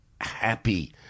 happy